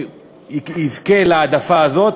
יזכה להעדפה הזאת.